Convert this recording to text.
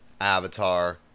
Avatar